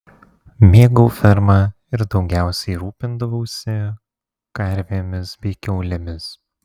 mėgau fermą ir daugiausiai rūpindavausi karvėmis bei kiaulėmis